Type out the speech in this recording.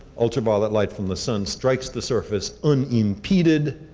ultraviolet light from the sun strikes the surface unimpeded,